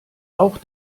auch